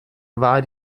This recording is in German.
war